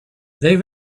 they